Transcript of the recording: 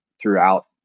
throughout